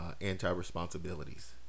anti-responsibilities